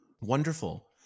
Wonderful